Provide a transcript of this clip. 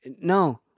No